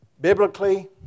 Biblically